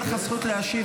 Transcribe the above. תהיה לך הזכות להשיב,